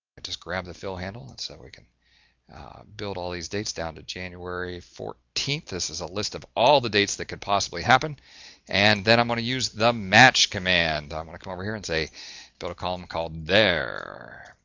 i just grabbed the fill handle, and so, we can build all these dates down to january fourteenth. this is a list of all the dates that could possibly happen and then i'm gonna use the match command. i'm gonna come over here and say got a column called there?